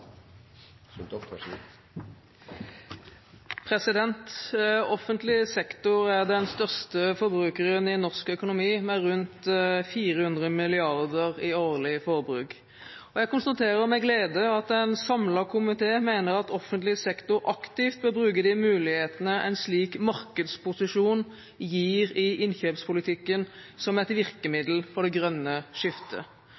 den største forbrukeren i norsk økonomi med rundt 400 mrd. kr i årlig forbruk, og jeg konstaterer med glede at en samlet komité mener at offentlig sektor aktivt bør bruke de mulighetene en slik markedsposisjon gir i innkjøpspolitikken som et